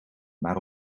maar